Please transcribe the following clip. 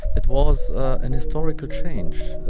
it was a and historical change.